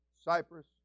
Cyprus